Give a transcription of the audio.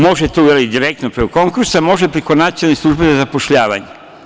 Može to da uradi direktno preko konkursa, može preko Nacionalne službe za zapošljavanje.